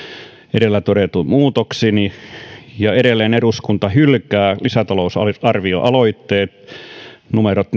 edellä todetuin muutoksin ja edelleen eduskunta hylkää lisätalousarvioaloitteet numerot